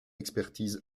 expertise